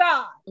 God